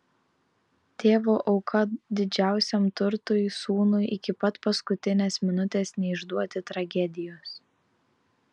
tėvo auka didžiausiam turtui sūnui iki pat paskutinės minutės neišduoti tragedijos